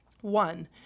One